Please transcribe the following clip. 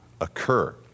occur